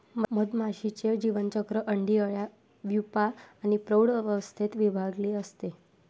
मधमाशीचे जीवनचक्र अंडी, अळ्या, प्यूपा आणि प्रौढ अवस्थेत विभागलेले असते